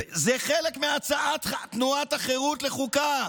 זה חלק מהצעת תנועת החרות לחוקה.